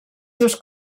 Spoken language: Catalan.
seus